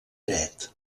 dret